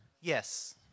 Yes